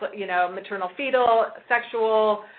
you know, maternal fetal, sexual,